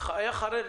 הוא היה חרד